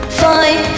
fine